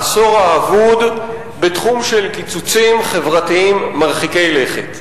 העשור האבוד בתחום של קיצוצים חברתיים מרחיקי לכת.